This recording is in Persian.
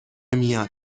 میاد